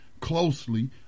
closely